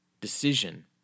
decision